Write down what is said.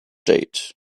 date